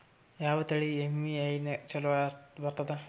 ಯಾವ ತಳಿ ಎಮ್ಮಿ ಹೈನ ಚಲೋ ಬರ್ತದ?